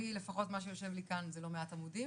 לי, לפחות מה שיושב לי כאן זה לא מעט עמודים.